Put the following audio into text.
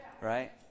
Right